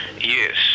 Yes